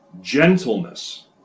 gentleness